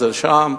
זה שם,